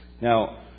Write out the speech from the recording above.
Now